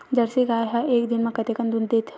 Jersey गाय ह एक दिन म कतेकन दूध देत होही?